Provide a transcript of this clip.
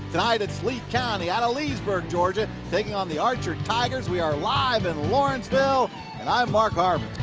tonight it's lee county out of leesburg, georgia, taking on the archer tigers. we are live in lawrenceville and i'm mark harmon.